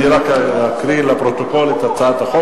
אני רק אקרא לפרוטוקול את שם הצעת החוק